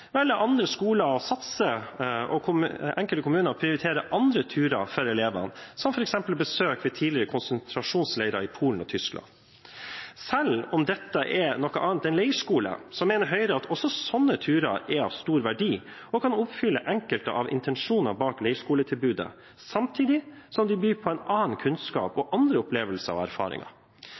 andre turer for elevene, f.eks. besøk i tidligere konsentrasjonsleirer i Polen og Tyskland. Selv om dette er noe annet enn leirskole, mener Høyre at også sånne turer er av stor verdi og kan oppfylle enkelte av intensjonene bak leirskoletilbudet, samtidig som de byr på en annen kunnskap og andre opplevelser og erfaringer.